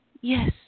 yes